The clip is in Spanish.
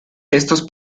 estos